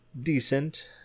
decent